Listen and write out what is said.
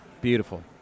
beautiful